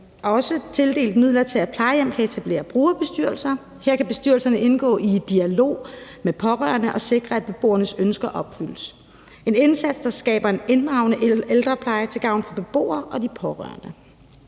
også tildelt midler til, at plejehjem kan etablere brugerbestyrelser. Her kan bestyrelserne indgå i en dialog med pårørende og sikre, at beboernes ønsker opfyldes, en indsats, der skaber en inddragende ældrepleje til gavn for beboerne og de pårørende.